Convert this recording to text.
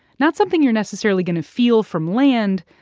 not something you're necessarily going to feel from land,